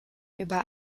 über